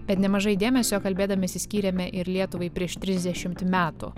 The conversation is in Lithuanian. bet nemažai dėmesio kalbėdamiesi skyrėme ir lietuvai prieš trisdešimt metų